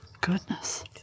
Goodness